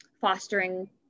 fostering